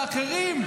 ואחרים,